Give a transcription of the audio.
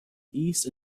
east